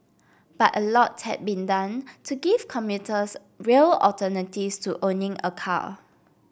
but a lot had been done to give commuters real alternatives to owning a car